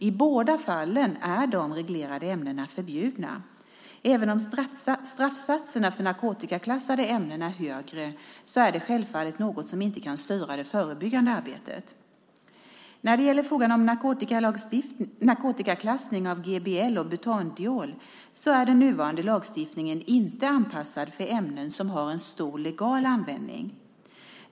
I båda fallen är de reglerade ämnena förbjudna. Även om straffsatserna för narkotikaklassade ämnen är högre är det självfallet något som inte kan styra det förebyggande arbetet. När det gäller frågan om en narkotikaklassning av GBL och butandiol är den nuvarande lagstiftningen inte anpassad för ämnen som har en stor legal användning.